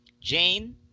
Jane